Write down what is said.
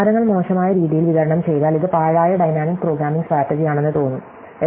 ദ്വാരങ്ങൾ മോശമായ രീതിയിൽ വിതരണം ചെയ്താൽ ഇത് പാഴായ ഡൈനാമിക് പ്രോഗ്രാമിംഗ് സ്ട്രാറ്റജി ആണെന്ന് തോന്നുo